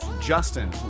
Justin